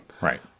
Right